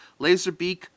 Laserbeak